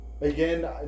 Again